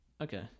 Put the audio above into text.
Okay